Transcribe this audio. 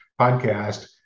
podcast